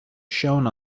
shown